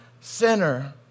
sinner